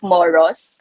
Moros